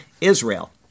Israel